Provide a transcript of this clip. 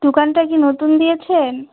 দোকানটা কি নতুন দিয়েছেন